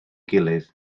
gilydd